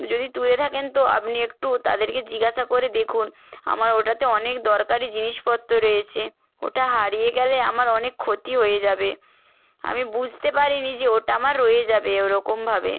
যদি তুলে থাকেন তো আপনি একটু তাদেরকে জিজ্ঞাসা করে দেখুন আমার ওটাতে অনেক দরকারি জিনিসপত্র রয়েছে ওটা হারিয়ে গেলে আমার অনেক ক্ষতি হয়ে যাবে আমি বুঝতে পারিনি যে ওটা আমার রয়ে যাবে ওরকমভাবে